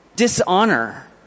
Dishonor